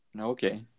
Okay